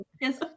Yes